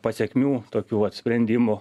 pasekmių tokių vat sprendimų